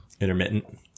intermittent